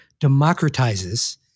democratizes